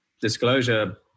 disclosure